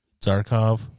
Zarkov